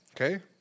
okay